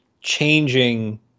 changing